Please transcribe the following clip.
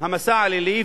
המסע הלילי.